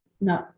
no